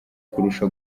kurusha